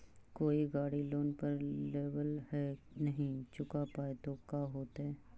कोई गाड़ी लोन पर लेबल है नही चुका पाए तो का होतई?